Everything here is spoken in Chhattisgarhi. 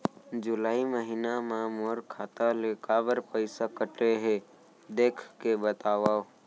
जुलाई महीना मा मोर खाता ले काबर पइसा कटे हे, देख के बतावव?